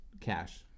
cash